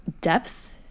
depth